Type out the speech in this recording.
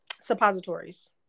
suppositories